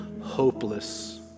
hopeless